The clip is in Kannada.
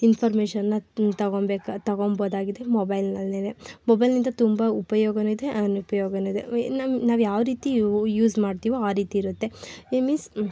ಇನ್ಫಾರ್ಮೇಷನ್ನ ತೊಗೋಬೇಕ ತೊಗೋಬೋದಾಗಿದೆ ಮೊಬೈಲ್ನಲ್ಲಿನೇ ಮೊಬೈಲ್ನಿಂದ ತುಂಬ ಉಪಯೋಗವೂ ಇದೆ ಅನುಪಯೋಗವೂ ಇದೆ ನಾವು ನಾವು ಯಾವ ರೀತಿ ಯೂ ಯೂಸ್ ಮಾಡ್ತೀವೋ ಆ ರೀತಿ ಇರುತ್ತೆ ಮೀನ್ಸ್